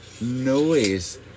noise